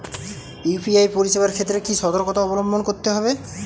UPI পরিসেবার ক্ষেত্রে কি সতর্কতা অবলম্বন করতে হবে?